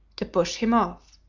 to push him off.